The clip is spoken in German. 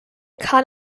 kahn